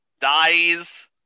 dies